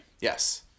Yes